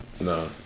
No